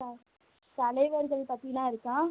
த தலைவர்கள் பற்றிலாம் இருக்கா